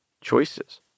choices